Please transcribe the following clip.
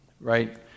right